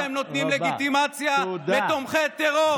אתם נותנים לגיטימציה לתומכי טרור.